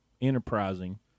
enterprising